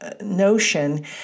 notion